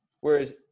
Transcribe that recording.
Whereas